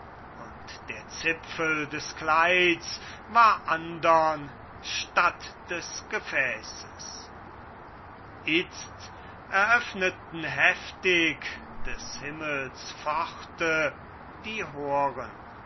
und der zipfel des kleids war anderen statt des gefäßes itzt eröffneten heftig des himmels pforten die horen